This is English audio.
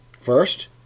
First